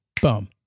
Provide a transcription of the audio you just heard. Boom